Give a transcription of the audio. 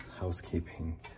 housekeeping